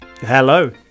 Hello